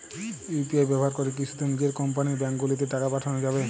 UPI ব্যবহার করে কি শুধু নিজের কোম্পানীর ব্যাংকগুলিতেই টাকা পাঠানো যাবে?